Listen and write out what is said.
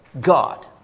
God